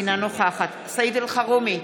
אינה נוכחת סעיד אלחרומי,